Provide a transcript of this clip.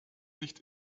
nicht